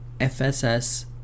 FSS